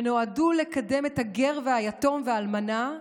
שנועדו לקדם את הגר והיתום והאלמנה,